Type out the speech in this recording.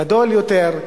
גדול יותר,